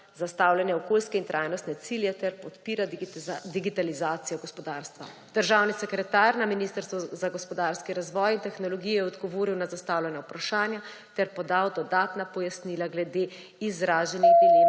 zastavljene okoljske in trajnostne cilje ter podpira digitalizacijo gospodarstva. Državni sekretar na Ministrstvu za gospodarski razvoj in tehnologijo je odgovoril na zastavljena vprašanja ter podal dodatna pojasnila glede izraženih dilem